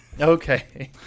okay